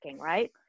right